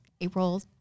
April